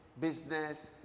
business